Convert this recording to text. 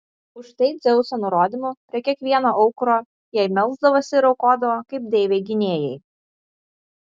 už tai dzeuso nurodymu prie kiekvieno aukuro jai melsdavosi ir aukodavo kaip deivei gynėjai